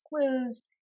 clues